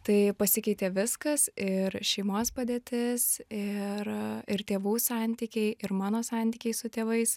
tai pasikeitė viskas ir šeimos padėtis ir ir tėvų santykiai ir mano santykiai su tėvais